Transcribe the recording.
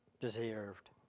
deserved